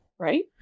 right